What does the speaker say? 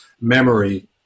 memory